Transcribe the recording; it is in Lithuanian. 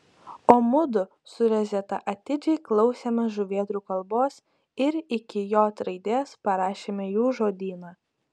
o mudu su rezeta atidžiai klausėmės žuvėdrų kalbos ir iki j raidės parašėme jų žodyną